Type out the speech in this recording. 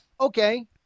Okay